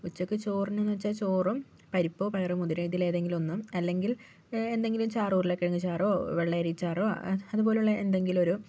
ഉച്ചയ്ക്ക് ചോറിനെന്നുവെച്ചാൽ ചോറും പരിപ്പ് പയറ് മുതിര ഇതിലേതെങ്കിലുമൊന്നും അല്ലെങ്കിൽ വേറെ എന്തെങ്കിലും ചാറോ ഉരുളകിഴങ്ങ് ചാറോ വെളളരിച്ചാറോ അതുപ്പോലെയുള്ള എന്തെങ്കിലുമൊരു